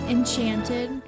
Enchanted